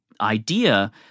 idea